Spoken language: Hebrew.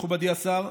מכובדי השר,